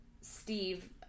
Steve